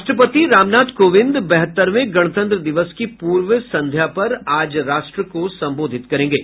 राष्ट्रपति रामनाथ कोविंद बहत्तरवें गणतंत्र दिवस की पूर्व संध्या पर आज राष्ट्र को संबोधित करेंगे